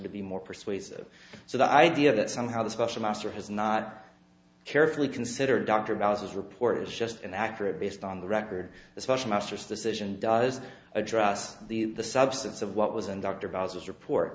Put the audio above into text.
to be more persuasive so the idea that somehow the special master has not carefully considered dr valises report is just an accurate based on the record especially masters decision does address the substance of what was and dr